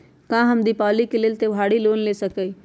का हम दीपावली के लेल त्योहारी लोन ले सकई?